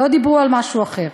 לא דיברו על משהו אחר.